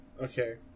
Okay